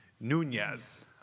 Nunez